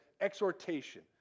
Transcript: exhortation